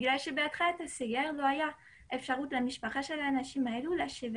בתקופת הסגר למשפחה של האנשים האלה לא הייתה אפשרות לשבת